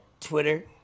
Twitter